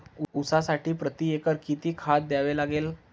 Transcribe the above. ऊसासाठी प्रतिएकर किती खत द्यावे लागेल?